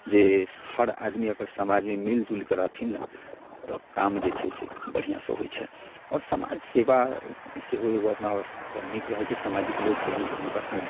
जे हर आदमी अगर समाज मे मिल जुलि के रहथिन ने तऽ काम जे छै से बढियाँ सऽ होइ छै आओर समाज सेवा सेहो एगो अपना पऽ नीक रहै छै समाजिक लोक सब जे छथिन कखनो